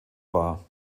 war